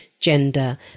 gender